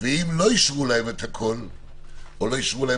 ואם לא אישרו להם את הכול או לא אישרו להם